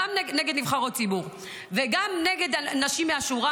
גם נגד נבחרות ציבור וגם נגד נשים מהשורה,